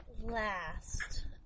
Last